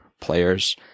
players